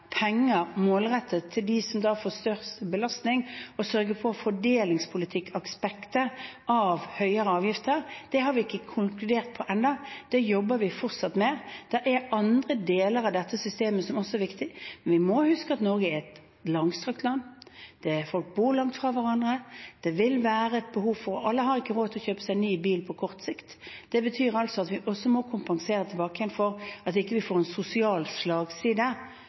penger på målrettet til dem som får størst belastning og sørge for fordelingspolitikkaspektet av høyere avgifter, har vi ikke konkludert med ennå. Det jobber vi fortsatt med. Det er andre deler av dette systemet som også er viktige. Men vi må huske at Norge er et langstrakt land der folk bor langt fra hverandre. Alle har ikke råd til å kjøpe seg ny bil på kort sikt. Det betyr at vi også må kompensere tilbake igjen, slik at vi ikke får en sosial slagside,